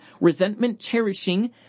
resentment-cherishing